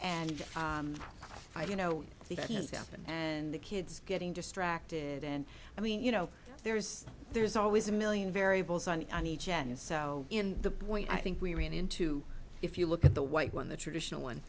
happened and the kids getting distracted and i mean you know there's there's always a million variables on each end so in the point i think we ran into if you look at the white one the traditional one